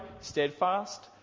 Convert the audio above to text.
Steadfast